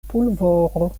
pulvoro